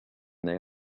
they